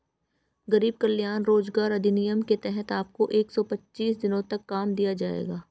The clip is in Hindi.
गरीब कल्याण रोजगार अभियान के तहत आपको एक सौ पच्चीस दिनों का काम दिया जाएगा